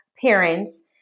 parents